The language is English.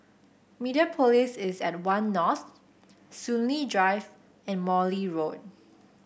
Mediapolis is at One North Soon Lee Drive and Morley Road